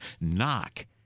Knock